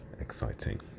exciting